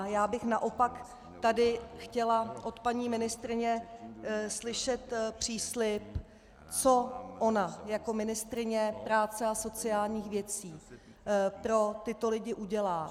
Já bych naopak chtěla od paní ministryně slyšet příslib, co ona jako ministryně práce a sociálních věcí pro tyto lidi udělá.